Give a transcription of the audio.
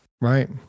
Right